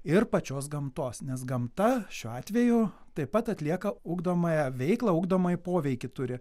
ir pačios gamtos nes gamta šiuo atveju taip pat atlieka ugdomąją veiklą ugdomąjį poveikį turi